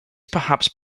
perhaps